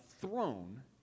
throne